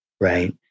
right